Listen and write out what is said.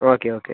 okay okay